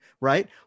right